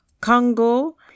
Congo